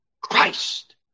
Christ